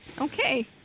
Okay